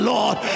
Lord